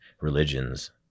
religions